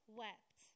wept